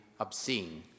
obscene